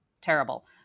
Terrible